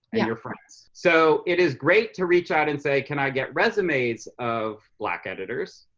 yeah and friends, so it is great to reach out and say can i get resumes of black editors.